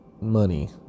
money